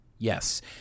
Yes